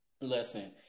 Listen